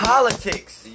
Politics